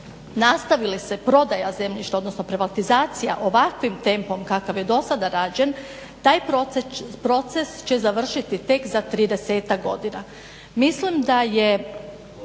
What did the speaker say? nastavi li se prodaja zemljišta odnosno privatizacija ovakvim tempom kakav je dosada rađen, taj proces će završiti tek za 30 godina. Mislim da je